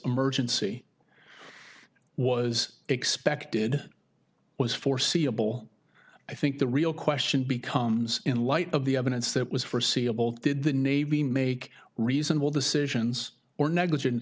emergency was expected was foreseeable i think the real question becomes in light of the evidence that was forseeable did the navy make reasonable decisions or negligent